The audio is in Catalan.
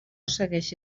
segueixi